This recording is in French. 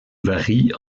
varie